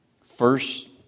first